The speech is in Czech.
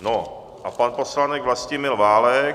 No a pan poslanec Vlastimil Válek.